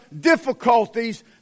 difficulties